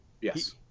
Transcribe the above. Yes